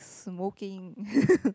smoking